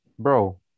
bro